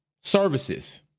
services